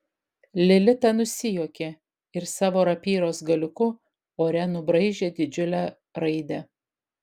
lilita nusijuokė ir savo rapyros galiuku ore nubraižė didžiulę raidę